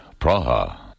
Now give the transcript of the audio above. Praha